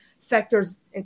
factors